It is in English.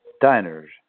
diners